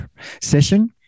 session